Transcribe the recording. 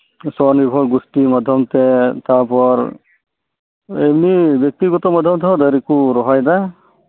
ᱥᱚᱱᱤᱨᱵᱷᱚᱨ ᱜᱚᱥᱴᱤ ᱢᱟᱫᱷᱚᱢ ᱛᱮ ᱛᱟᱯᱚᱨ ᱮᱢᱱᱤ ᱵᱮᱠᱛᱤ ᱜᱚᱛᱚ ᱢᱟᱫᱷᱚᱢ ᱛᱮᱦᱚᱸ ᱫᱟᱨᱤᱠᱩ ᱨᱚᱦᱚᱭᱮᱫᱟ